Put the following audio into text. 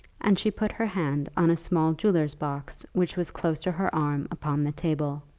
and she put her hand on a small jeweller's box, which was close to her arm upon the table,